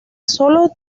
solos